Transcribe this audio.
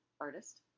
artist